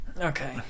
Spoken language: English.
Okay